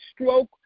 stroke